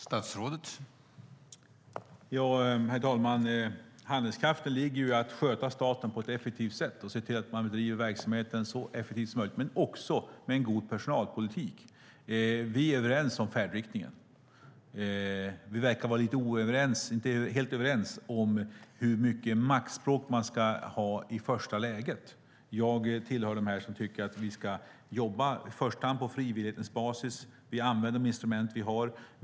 Herr talman! Handlingskraften ligger i att sköta staten på ett effektigt sätt och se till att man bedriver verksamheten så effektivt som möjligt men också med en god personalpolitik. Vi är överens om färdriktningen. Vi verkar inte vara helt överens om hur mycket maktspråk man ska ha i första läget. Jag tillhör dem som tycker att vi ska i första hand jobba på frivillighetens basis. Vi använder de instrument vi har.